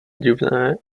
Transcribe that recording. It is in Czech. divné